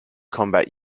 combat